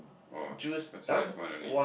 oh considered as one only